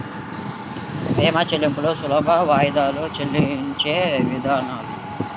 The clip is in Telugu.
భీమా చెల్లింపులు సులభ వాయిదాలలో చెల్లించే వీలుందా?